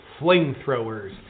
flamethrowers